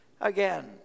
Again